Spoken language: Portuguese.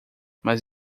mas